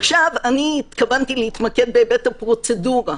התכוונתי להתמקד בהיבט הפרוצדורה.